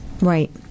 Right